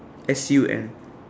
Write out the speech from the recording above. S U N